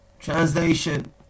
Translation